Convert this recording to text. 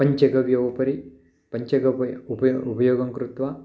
पञ्चगव्य उपरि पञ्चगव्य उपयो उपयोगं कृत्वा